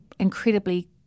incredibly